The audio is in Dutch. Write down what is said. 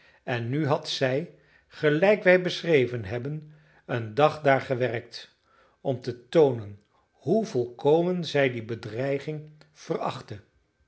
en nu had zij gelijk wij beschreven hebben een dag daar gewerkt om te toonen hoe volkomen zij die bedreiging